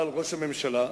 אבל ראש הממשלה,